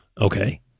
Okay